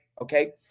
okay